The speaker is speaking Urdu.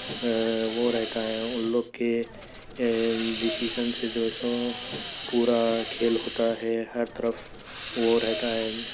وہ رہتا ہے اُن لوگ کے اے ڈسیشن سے جو سو پورا کھیل ہوتا ہے ہر طرف وہ رہتا ہے